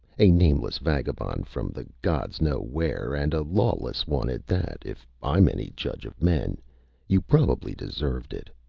a nameless vagabond from the gods know where, and a lawless one at that, if i'm any judge of men you probably deserved it.